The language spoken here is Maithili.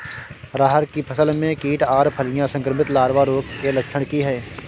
रहर की फसल मे कीट आर फलियां संक्रमित लार्वा रोग के लक्षण की हय?